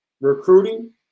recruiting